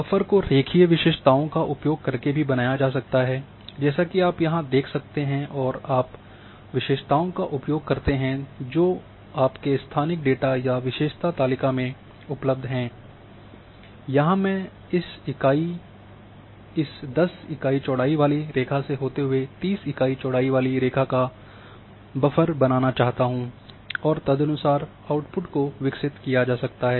buffer को रेखीय विशेषताओं का उपयोग करके भी बनाया जा सकता है जैसा की आप यहाँ देख सकते और आप विशेषताओं का उपयोग करते हैं जो आपके स्थानिक डेटा या विशेषता तालिका में उपलब्ध हैं यहाँ मैं इस 10 इकाई चौड़ाई वाली रेखा से होते हुए 30 इकाई चौड़ाई वाली रेखा का बफ़र को जानना चाहता हूँ और तदनुसार आउट्पुट को विकसित किया जा सकता है